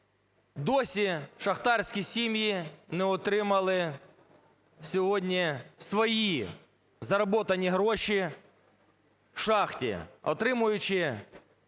Досі шахтарські сім'ї не отримали сьогодні свої заработані гроші в шахті, отримуючи серйозні